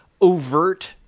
overt